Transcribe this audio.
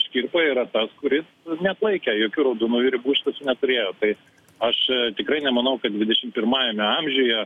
škirpa yra tas kuris neatlaikė jokių raudonųjų ribų iš tiesų neturėjo tai aš tikrai nemanau kad dvidešimt pirmajame amžiuje